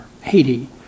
Haiti